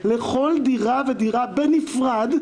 לכל דירה ודירה בנפרד.